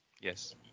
yes